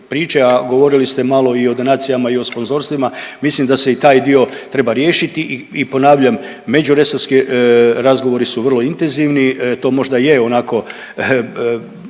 a govorili ste malo i o donacijama i o sponzorstvima, mislim da se i taj dio treba riješiti. I ponavljam međuresorski razgovori su vrlo intenzivni to možda je onako